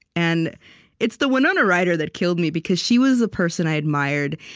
and it's the winona ryder that killed me, because she was the person i admired.